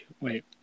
Wait